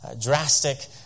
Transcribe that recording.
drastic